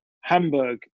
Hamburg